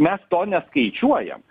mes to neskaičiuojam